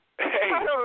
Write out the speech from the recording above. hey